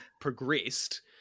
progressed